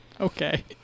Okay